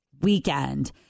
weekend